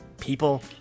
people